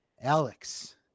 Alex